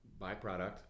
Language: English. byproduct